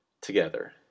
together